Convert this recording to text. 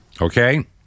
Okay